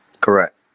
Correct